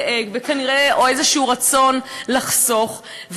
וכנראה איזשהו רצון לחסוך,